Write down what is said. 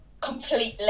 completely